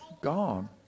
gone